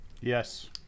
Yes